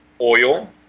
oil